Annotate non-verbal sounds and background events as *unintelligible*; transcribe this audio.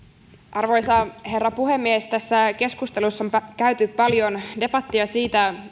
arvoisa herra puhemies tässä keskustelussa on käyty paljon debattia siitä *unintelligible*